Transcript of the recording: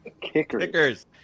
kickers